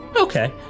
Okay